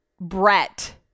Brett